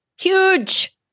Huge